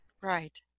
Right